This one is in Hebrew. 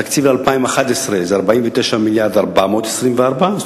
התקציב ל-2011 זה 49 מיליארד ו-424 מיליון דולר,